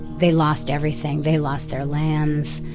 they lost everything. they lost their lands.